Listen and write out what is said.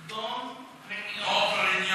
"דום פריניון".